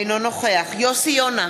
אינו נוכח יוסי יונה,